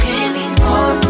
anymore